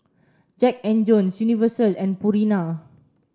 Jackand Jones Universal and Purina